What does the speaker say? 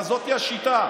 זאת השיטה.